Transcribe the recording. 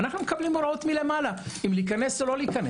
אנחנו מקבלים הוראות מלמעלה אם לאפשר להיכנס או לא לאפשר להיכנס.